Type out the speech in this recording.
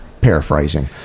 paraphrasing